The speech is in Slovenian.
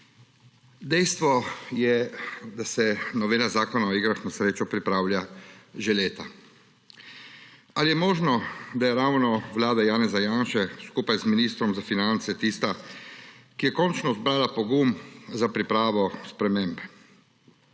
Dejstvo je, da se novela Zakona o igrah na srečo pripravlja že leta. Ali je možno, da je ravno vlada Janeza Janše skupaj z ministrom za finance tista, ki je končno zbrala pogum za pripravo sprememb?